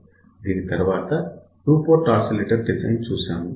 దీని తర్వాత two port oscillator design చూశాము